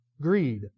Greed